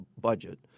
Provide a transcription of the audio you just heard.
budget